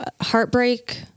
Heartbreak